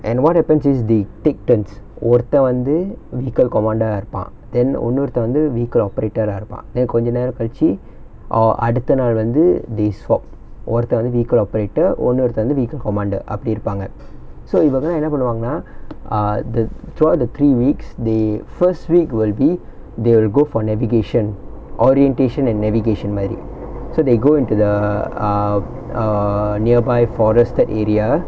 and what happens is they take turns ஒருத்த வந்து:orutha vanthu vehicle commander ah இருப்பா:iruppaa then இன்னொருத்த வந்து:innorutha vanthu vehicle operator ah இருப்பா:iruppaa then கொஞ்ச நேரோ கழிச்சி:konja nero kalichi or அடுத்த நாள் வந்து:adutha naal vanthu they swap ஒருத்த வந்து:orutha vanthu vehicle operator இன்னொருத்த வந்து:innorutha vanthu vehicle commander ah அப்டி இருப்பாங்க:apdi iruppaanga so இவங்க என்ன பண்ணுவாங்கனா:ivanga enna pannuvaanganaa ah the throughout the three weeks the first week will be they will go for navigation orientation and navigation மாரி:maari so they go into the ah err nearby forested area